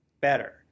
better